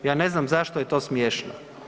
Ja ne znam zašto je to smiješno.